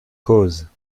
causes